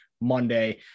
Monday